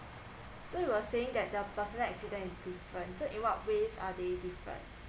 so you were saying that the personal accident is different so in what ways are they different